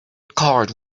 card